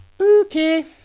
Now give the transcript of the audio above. Okay